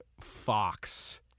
Fox